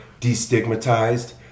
destigmatized